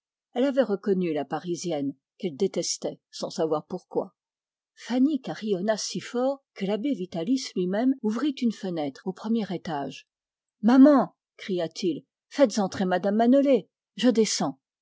elle avait reconnu la parisienne qu'elle détestait sans savoir pourquoi fanny carillonna si fort que l'abbé vitalis lui-même ouvrit une fenêtre au premier étage maman cria-t-il faites entrer mme manolé je descends